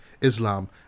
Islam